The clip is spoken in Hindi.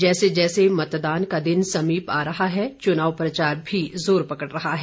जैसे जैसे मतदान का दिन समीप आ रहा है चुनाव प्रचार भी जोर पकड़ रहा है